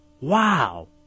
Wow